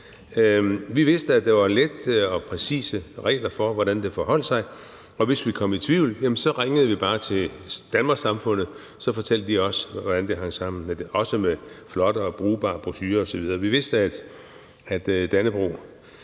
Vi vidste, at der var lette og præcise regler for, hvordan det forholdt sig, og hvis vi kom i tvivl, ringede vi bare til Danmarks-Samfundet, og så fortalte de os, hvordan det hang sammen, også med flotte og brugbare brochurer osv. Vi vidste, at et dannebrog,